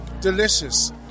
delicious